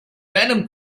venom